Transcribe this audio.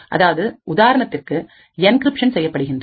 அதாவது உதாரணத்திற்கு என்கிரிப்ஷன் செய்யப்படுகின்றது